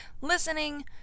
listening